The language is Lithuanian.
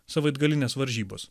savaitgalinės varžybos